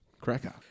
cracker